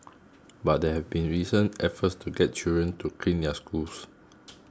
but there have been recent efforts to get children to clean their schools